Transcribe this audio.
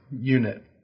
unit